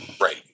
Right